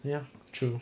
ya true